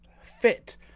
fit